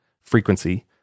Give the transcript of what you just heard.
frequency